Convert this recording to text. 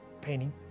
painting